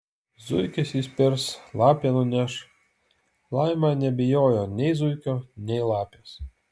zuikis įspirs lapė nuneš laima nebijojo nei zuikio nei lapės